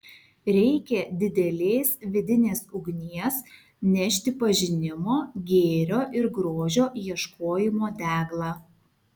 reikia didelės vidinės ugnies nešti pažinimo gėrio ir grožio ieškojimo deglą